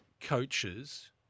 coaches